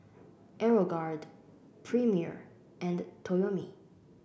Aeroguard Premier and Toyomi